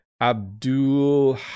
Abdul